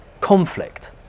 conflict